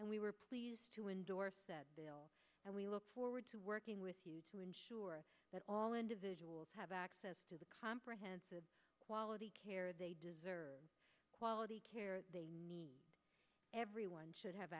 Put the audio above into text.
and we were pleased to endorse that bill and we look forward to working with you to ensure that all individuals have access to the comprehensive quality care they deserve quality care they need everyone should have